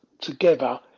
together